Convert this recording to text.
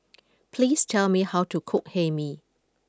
please tell me how to cook Hae Mee